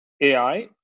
AI